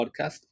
podcast